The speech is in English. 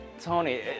Tony